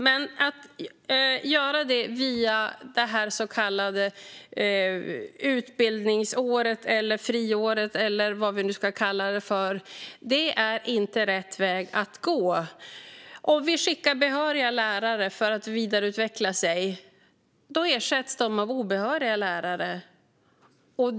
Men att göra det via det här så kallade utbildningsåret, friåret eller vad vi nu ska kalla det är inte rätt väg att gå. Om vi skickar behöriga lärare för att vidareutveckla sig ersätts de av obehöriga lärare.